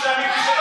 כי שם היא כישלון,